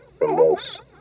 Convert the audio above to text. remorse